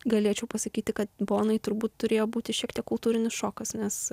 galėčiau pasakyti kad bonai turbūt turėjo būti šiek tiek kultūrinis šokas nes